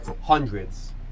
hundreds